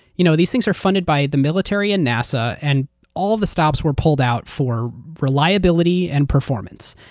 you know these things are funded by the military and nasa. and all the stops were pulled out for reliability and performance.